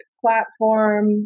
platform